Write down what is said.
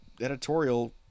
editorial